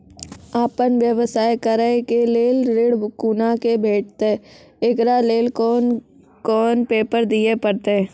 आपन व्यवसाय करै के लेल ऋण कुना के भेंटते एकरा लेल कौन कौन पेपर दिए परतै?